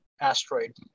asteroid